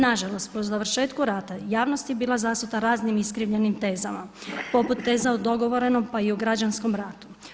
Na žalost, po završetku rata javnost je bila zasuta raznim iskrivljenim tezama poput teza o dogovorenom, pa i građanskom ratu.